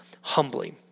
humbly